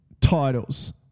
titles